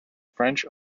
french